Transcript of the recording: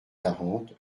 quarante